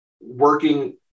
working